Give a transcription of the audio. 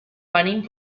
running